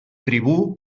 tribú